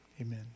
Amen